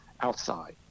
outside